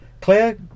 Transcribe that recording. Claire